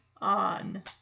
on